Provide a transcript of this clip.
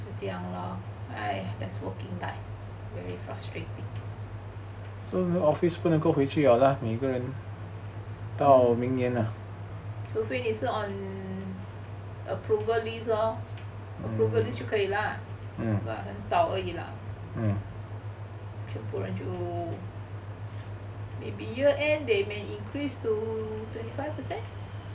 这样 lor right that's working life very frustrating 除非你是 on approval list lor approval list 就可以 lah but 很少而已 lah 全部人就 maybe year end they may increase to twenty five percent